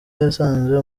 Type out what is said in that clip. yasanze